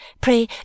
Pray